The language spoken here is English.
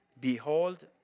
Behold